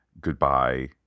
goodbye